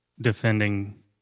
defending